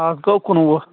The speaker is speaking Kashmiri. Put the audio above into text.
اَز گوٚو کُنوُہ